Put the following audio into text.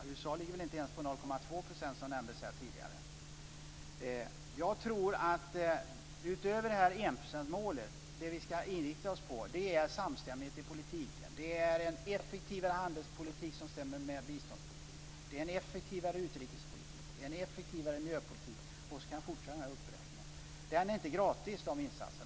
USA ligger väl inte ens på Utöver enprocentsmålet ska vi, tror jag, också inrikta oss på samstämmighet i politiken, en effektivare handelspolitik som stämmer med biståndspolitiken, en effektivare utrikespolitik och en effektivare miljöpolitik. Jag kan fortsätta uppräkningen. De här insatserna är inte gratis.